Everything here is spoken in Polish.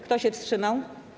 Kto się wstrzymał?